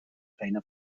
feina